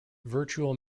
virtual